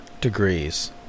degrees